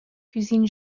cousine